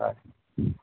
হয়